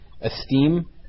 esteem